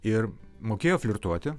ir mokėjo flirtuoti